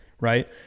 right